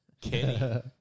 Kenny